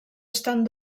estan